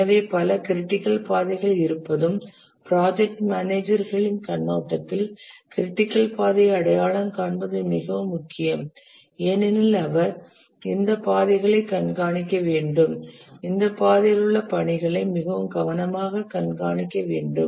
எனவே பல க்ரிட்டிக்கல் பாதைகள் இருப்பதும் ப்ராஜெக்ட் மேனேஜர்களின் கண்ணோட்டத்தில் க்ரிட்டிக்கல் பாதையை அடையாளம் காண்பது மிகவும் முக்கியம் ஏனெனில் அவர் இந்த பாதைகளை கண்காணிக்க வேண்டும் இந்த பாதையில் உள்ள பணிகளை மிகவும் கவனமாக கண்காணிக்க வேண்டும்